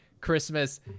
Christmas